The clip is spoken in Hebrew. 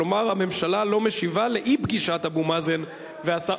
כלומר הממשלה לא משיבה בנושא של אי-פגישת אבו מאזן והשר,